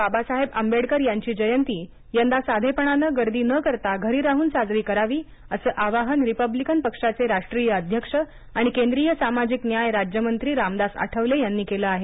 बाबासाहेब आंबेडकर यांची जयंती यंदा साधेपणानं गर्दी न करता घरी राहून साजरी करावी असं आवाहन रिपब्लिकन पक्षाचे राष्ट्रीय अध्यक्ष आणि केंद्रीय सामाजिक न्याय राज्यमंत्री रामदास आठवले यांनी केलं आहे